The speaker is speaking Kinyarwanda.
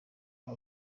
nka